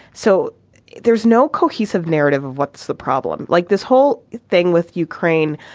so there's no cohesive narrative of what's the problem like this whole thing with ukraine.